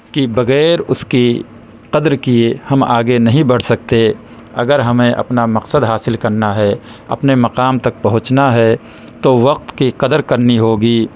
کہ بغیر اس کی قدر کئے ہم آگے نہیں بڑھ سکتے اگر ہمیں اپنا مقصد حاصل کرنا ہے اپنے مقام تک پہونچنا ہے تو وقت کی قدر کرنی ہوگی